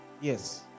Yes